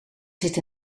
zit